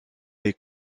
les